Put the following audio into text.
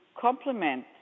complement